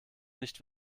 nicht